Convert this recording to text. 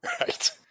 Right